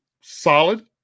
solid